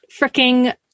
freaking